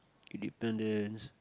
independence